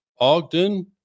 ogden